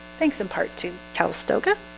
thanks in part to calistoga